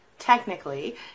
technically